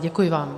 Děkuji vám.